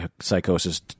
psychosis